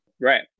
Right